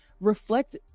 Reflect